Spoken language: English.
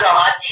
God